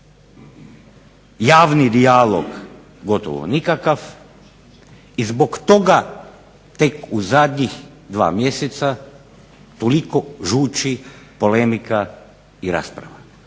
javni dijalog gotovo nikakav i zbog toga tek u zadnjih 2 mjeseca toliko žuči, polemika i rasprava.